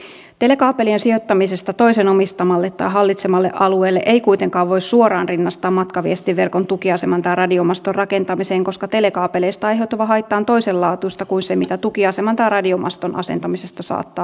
telekaapelien sijoittamista toisen omistamalle tai hallitsemalle alueelle ei kuitenkaan voi suoraan rinnastaa matkaviestinverkon tukiaseman tai radiomaston rakentamiseen koska telekaapeleista aiheutuva haitta on toisenlaatuista kuin se mitä tukiaseman tai radiomaston asentamisesta saattaa aiheutua